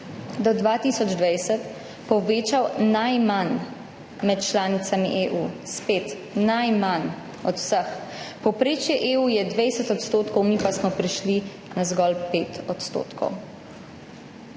do 2020 povečal najmanj med članicami EU, spet najmanj od vseh. Povprečje EU je 20 %, mi pa smo prišli na zgolj 5 %.